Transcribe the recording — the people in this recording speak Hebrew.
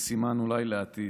וסימן לעתיד.